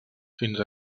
fins